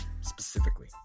specifically